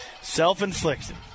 Self-inflicted